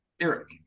Eric